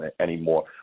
anymore